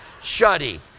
shuddy